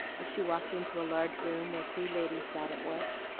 as she walked into a large room where three ladies sat at work.